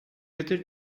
other